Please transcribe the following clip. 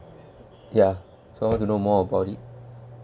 ya so I want to know more about it